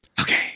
Okay